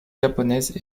japonaise